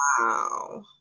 wow